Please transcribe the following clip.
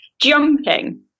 jumping